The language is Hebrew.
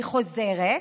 אני חוזרת: